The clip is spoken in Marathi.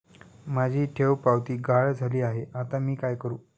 माझी ठेवपावती गहाळ झाली आहे, आता मी काय करु?